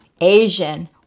Asian